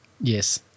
Yes